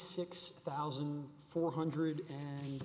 six thousand four hundred and